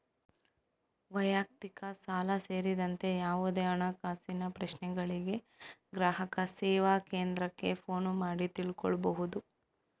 ವೈಯಕ್ತಿಕ ಸಾಲ ಸೇರಿದಂತೆ ಯಾವುದೇ ಹಣಕಾಸಿನ ಪ್ರಶ್ನೆಗಳಿಗೆ ಗ್ರಾಹಕ ಸೇವಾ ಕೇಂದ್ರಕ್ಕೆ ಫೋನು ಮಾಡಿ ತಿಳ್ಕೋಬಹುದು